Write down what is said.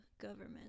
government